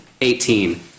Eighteen